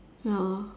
ya